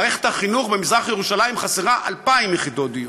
מערכת החינוך במזרח ירושלים חסרה 2,000 יחידות דיור,